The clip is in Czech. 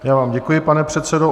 Já vám děkuji, pane předsedo.